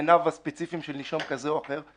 בענייניו הספציפיים של נישום כזה או אחר.